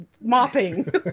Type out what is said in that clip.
mopping